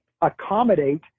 accommodate